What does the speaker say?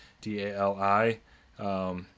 D-A-L-I